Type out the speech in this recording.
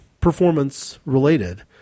performance-related